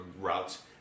routes